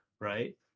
right